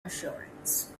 assurance